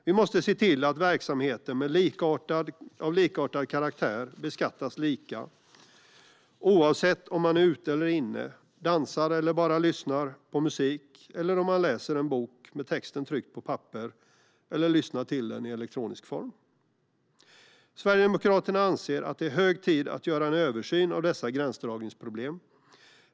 Vi måste se till att verksamheter av likartad karaktär beskattas lika, oavsett om man är ute eller inne, dansar eller bara lyssnar på musik eller om man läser en bok med texten tryckt på papper eller tillgodogör sig den i elektronisk form. Sverigedemokraterna anser att det är hög tid att göra en översyn av dessa gränsdragningsproblem.